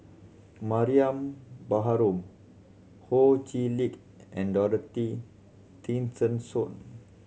Mariam Baharom Ho Chee Lick and Dorothy Tessensohn